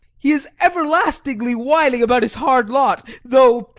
he is everlastingly whining about his hard lot, though,